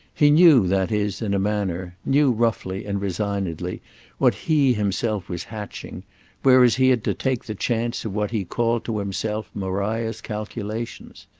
he knew, that is, in a manner knew roughly and resignedly what he himself was hatching whereas he had to take the chance of what he called to himself maria's calculations.